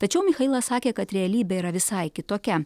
tačiau michailas sakė kad realybė yra visai kitokia